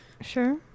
Sure